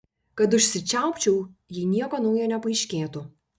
kad užsičiaupčiau jei nieko naujo nepaaiškėtų